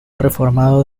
reformado